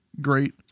great